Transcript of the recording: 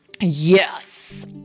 Yes